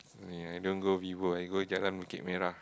ya I don't go Vivo I go Jalan Bukit Merah